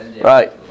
Right